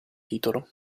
titolo